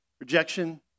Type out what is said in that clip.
Rejection